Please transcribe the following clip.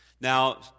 Now